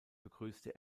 begrüßte